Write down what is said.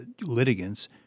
litigants